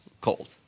cold